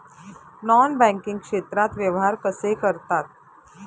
Non banking क्षेत्रात व्यवहार कसे करतात?